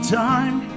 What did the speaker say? time